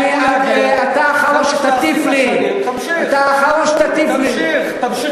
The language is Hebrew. תסלח לי מאוד, אתה האחרון שתטיף לי, תמשיך, תמשיך.